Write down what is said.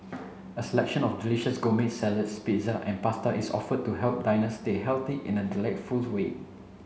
a selection of delicious gourmet salads pizza and pasta is offered to help diners stay healthy in a delightful way